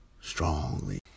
strongly